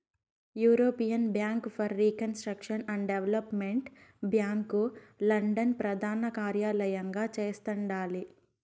European bank for reconstruction and development bank London ప్రదానకార్యలయంగా చేస్తండాలి